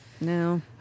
No